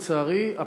לצערי,